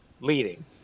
leading